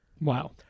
Wow